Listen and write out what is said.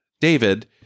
David